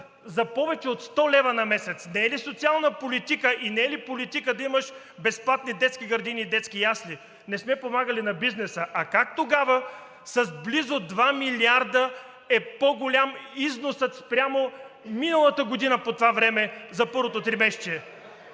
повече от 100 лв. на месец? Не е ли социална политика и не е ли политика да имаш безплатни детски градини и детски ясли? Не сме помагали на бизнеса. А как тогава с близо два милиарда е по-голям износът спрямо миналата година по това време за първото тримесечие?